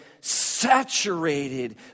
saturated